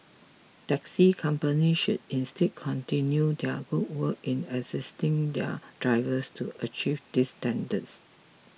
taxi companies should instead continue their good work in assisting their drivers to achieve these standards